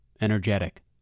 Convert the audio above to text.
energetic